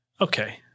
Okay